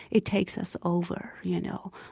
it takes us over, you know?